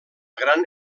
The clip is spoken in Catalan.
gran